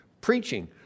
preaching